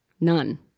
None